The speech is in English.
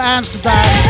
Amsterdam